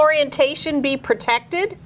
orientation be protected